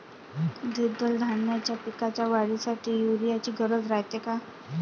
द्विदल धान्याच्या पिकाच्या वाढीसाठी यूरिया ची गरज रायते का?